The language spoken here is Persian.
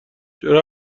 چرا